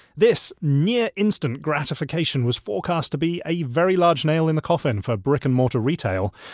this near-instant gratification was forecast to be a very large nail in the coffin for brick-and-mortar retail.